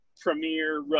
premier